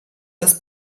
das